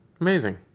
Amazing